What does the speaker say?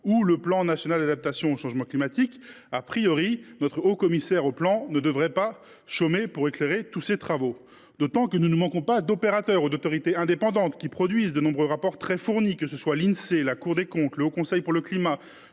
le plan national d’adaptation au changement climatique., notre haut commissaire au plan ne devrait pas chômer pour éclairer tous ces travaux, d’autant que nous ne manquons pas d’opérateurs ou d’autorités indépendantes qui produisent de nombreux rapports très fournis : l’Insee, la Cour des comptes, le Haut Conseil pour le climat